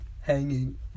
hanging